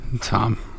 Tom